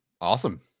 awesome